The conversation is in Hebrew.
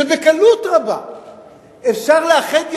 שבקלות רבה אפשר לאחד ידיים.